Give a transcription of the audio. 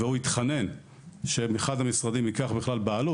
הוא התחנן שאחד המשרדים ייקח על זה את הבעלות.